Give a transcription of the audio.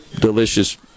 delicious